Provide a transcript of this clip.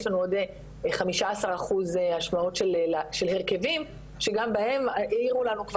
יש לנו עוד 15 אחוזים השמעות של הרכבים שגם בהם העירו לנו,